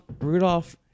Rudolph